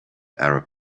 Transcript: arab